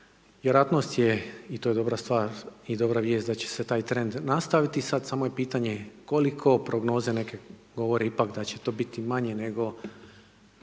Vjerojatnost je, i to je dobra stvar i dobra vijest, da će se taj trend nastaviti, sad samo je pitanje koliko, prognoze neke govore ipak da će to biti manje, nego